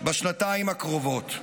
בשנתיים הקרובות.